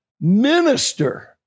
minister